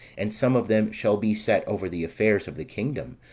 and some of them shall be set over the affairs of the kingdom,